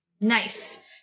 nice